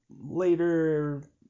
later